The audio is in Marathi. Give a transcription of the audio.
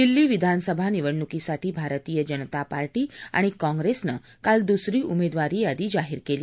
दिल्ली विधानसभा निवडणुकीसाठी भारतीय जनता पार्शी आणि काँप्रेसनं काल दुसरी उमेदवारी यादी जाहीर केली